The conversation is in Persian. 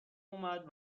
اومد